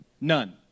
None